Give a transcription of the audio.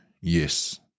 Yes